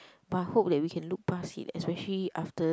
but I hope that we can look pass it especially after